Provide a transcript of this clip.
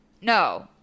No